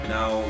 Now